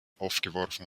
aufgeworfen